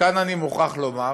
כאן אני מוכרח לומר